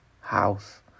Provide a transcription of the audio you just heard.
house